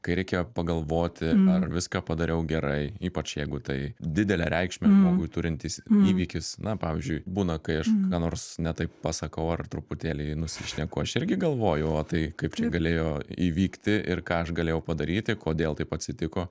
kai reikia pagalvoti ar viską padariau gerai ypač jeigu tai didelę reikšmę žmogui turintis įvykis na pavyzdžiui būna kai aš ką nors ne taip pasakau ar truputėlį nusišneku aš irgi galvoju o tai kaip čia galėjo įvykti ir ką aš galėjau padaryti kodėl taip atsitiko